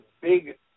big